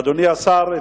אדוני השר,